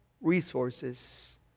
resources